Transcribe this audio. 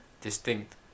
distinct